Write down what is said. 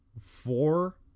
four